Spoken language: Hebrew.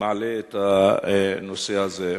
מעלה את הנושא הזה?